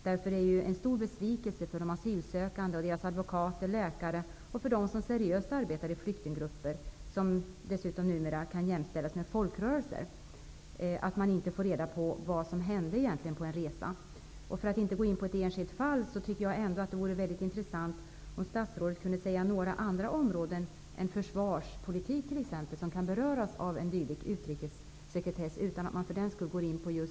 Det är en stor besvikelse för asylsökande, för deras advokater och läkare och för dem som arbetar seriöst med flyktinggrupper -- som numera dessutom kan jämställas med folkrörelser -- att inte få reda på vad som egentligen hände under en resa. Utan att gå in på något enskilt fall, som den aktuella nämndens resa, tycker jag ändå att det vore mycket intressant om statsrådet kunde ange några andra områden än t.ex. försvarspolitik som kan beröras av en dylik utrikessekretess.